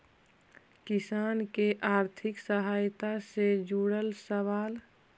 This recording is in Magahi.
किसान के आर्थिक सहायता से जुड़ल सवाल?